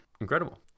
incredible